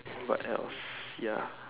what else ya